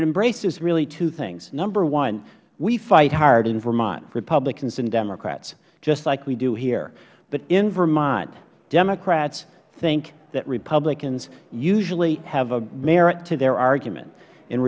embraces really two things number one we fight hard in vermont republicans and democrats just like we do here but in vermont democrats think that republicans usually have a merit to their argument and